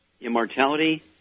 Immortality